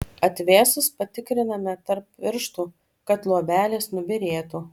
atvėsus patriname tarp pirštų kad luobelės nubyrėtų